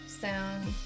sound